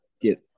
get